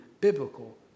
biblical